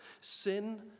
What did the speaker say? Sin